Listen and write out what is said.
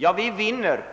Ja, vi vinner,